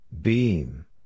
Beam